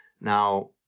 Now